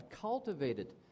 cultivated